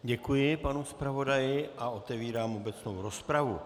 Děkuji panu zpravodaji a otevírám obecnou rozpravu.